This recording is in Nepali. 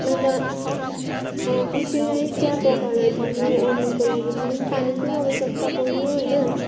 अन्त कसैलाई चिया पकाएर दिनु ओर्नुको लागि पनि पानीकै आवश्यकता पऱ्यो होइन